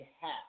half